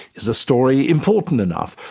is a story important enough?